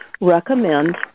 recommend